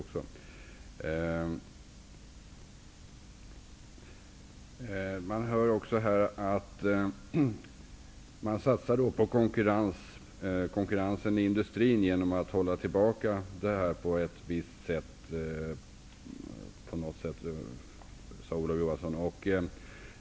Olof Johansson sade att man satsar på industrins konkurrenskraft genom att hålla tillbaka den här miljösatsningen.